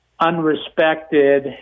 unrespected